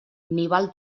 nival